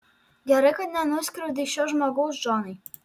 gerai kad nenuskriaudei šio žmogaus džonai